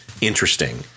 interesting